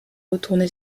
retourné